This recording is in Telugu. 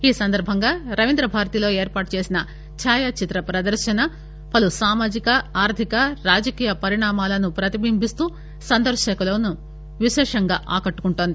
ఈసందర్భంగా రవీందభారతిలో ఏర్పాటు చేసిన ఛాయాచిత్ర పదర్శన పలు సామాజిక ఆర్గిక రాజకీయ పరిణామాలను పతిబింబిస్తూ సందర్భకులను విశేషంగా ఆకట్టుకుంటోంది